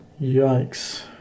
Yikes